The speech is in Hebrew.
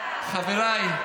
חבריי,